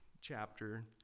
chapter